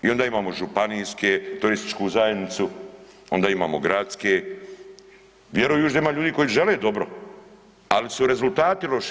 I onda imamo županijske, turističku zajednicu, onda imamo gradske, vjerujuć da ima ljudi koji žele dobro, ali su rezultati loši.